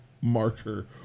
marker